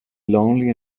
lonely